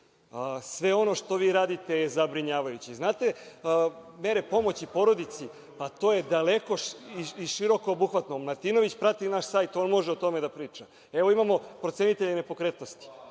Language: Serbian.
sve ono što vi radite je zabrinjavajuće. Znate, mere pomoći porodici su daleko i široko obuhvaćene. Martinović prati naš sajt, on može o tome da priča. Evo, imamo procenitelje nepokretnosti